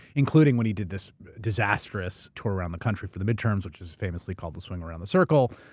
including when he did this disastrous tour around the country for the midterms, which was famously called the swing around the circle.